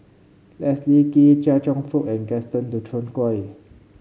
Leslie Kee Chia Cheong Fook and Gaston Dutronquoy